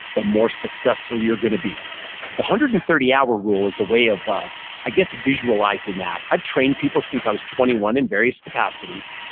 the more successful you're going to be the one hundred and thirty hour rule is a way of ah i guess visualizing that. i've trained people since i was twenty one in various capacities.